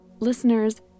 Listeners